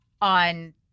on